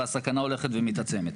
והסכנה הולכת ומתעצמת.